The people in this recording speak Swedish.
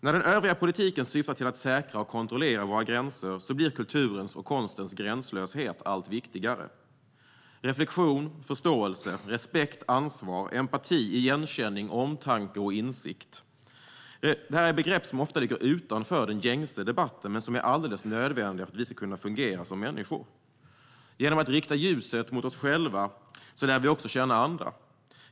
När den övriga politiken syftar till att säkra och kontrollera våra gränser blir kulturens och konstens gränslöshet allt viktigare. Reflektion, förståelse, respekt, ansvar, empati, igenkänning, omtanke och insikt är begrepp som ofta ligger utanför den gängse debatten men som är alldeles nödvändiga för att vi ska kunna fungera som människor. Genom att rikta ljuset mot oss själva lär vi också känna andra.